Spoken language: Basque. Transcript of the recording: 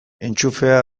entxufea